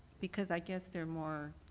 because i guess they are more